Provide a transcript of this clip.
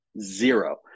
zero